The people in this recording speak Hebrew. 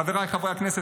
חבריי חברי הכנסת,